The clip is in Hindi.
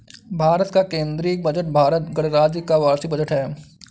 भारत का केंद्रीय बजट भारत गणराज्य का वार्षिक बजट है